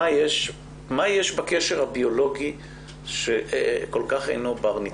מה יש בקשר הביולוגי שהוא כל כך אינו בר ניתוק?